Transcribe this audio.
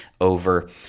Over